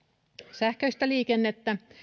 sähköistä liikennettä